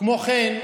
כמו כן,